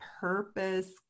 purpose